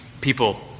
people